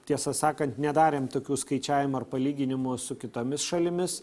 tiesą sakant nedarėm tokių skaičiavimų ar palyginimų su kitomis šalimis